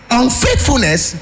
unfaithfulness